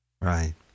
Right